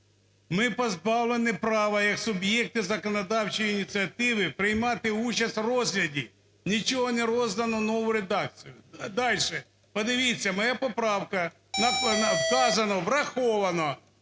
Ми позбавлені права, як суб'єкти законодавчої ініціативи, приймати участь в розгляді. Нічого не роздано, нову редакцію. Дальше. Подивіться, моя поправка вказано: враховано.